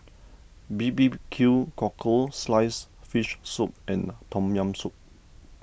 B B Q Cockle Sliced Fish Soup and Tom Yam Soup